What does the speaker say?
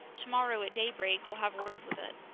tomorrow at daybreak we'll have words with it.